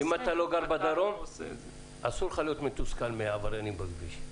--- אם אתה לא גר בדרום אסור לך להיות מתוסכל מעבריינים בכביש.